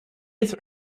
its